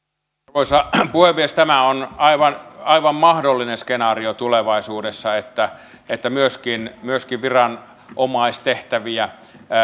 arvoisa puhemies tämä on aivan aivan mahdollinen skenaario tulevaisuudessa että että myöskin myöskin viranomaistehtäviä